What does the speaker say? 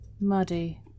Muddy